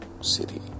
City